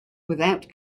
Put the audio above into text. without